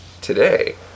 today